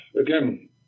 again